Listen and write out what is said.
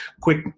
quick